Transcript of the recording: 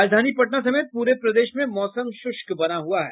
राजधानी पटना समेत पूरे प्रदेश में मौसम शुष्क बना हुआ है